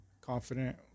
confident